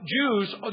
Jews